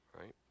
right